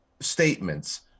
statements